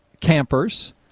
campers